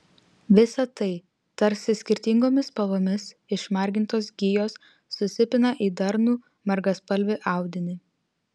visa tai tarsi skirtingomis spalvomis išmargintos gijos susipina į darnų margaspalvį audinį